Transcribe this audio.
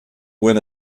win